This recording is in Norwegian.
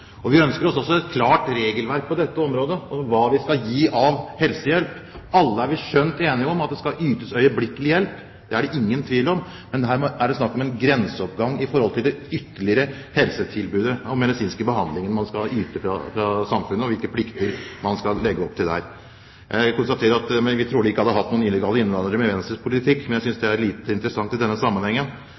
Vi ønsker oss også et klart regelverk på dette området, om hva vi skal gi av helsehjelp. Alle er vi skjønt enige om at det skal ytes øyeblikkelig hjelp, det er det ingen tvil om, men her er det snakk om en grenseoppgang mot det ytterligere helsetilbudet og den medisinske behandlingen man skal yte fra samfunnet, og hvilke plikter man skal legge opp til her. Jeg konstaterer at vi trolig ikke hadde hatt noen illegale innvandrere med Venstres politikk, men det synes jeg er lite interessant i denne sammenhengen.